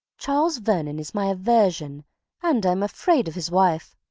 charles vernon is my aversion and i am afraid of his wife.